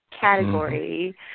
category